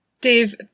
Dave